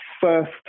first